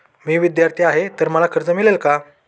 मी विद्यार्थी आहे तर मला कर्ज मिळेल का?